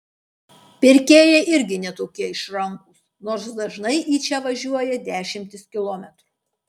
pirkėjai irgi ne tokie išrankūs nors dažnai į čia važiuoja dešimtis kilometrų